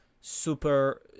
super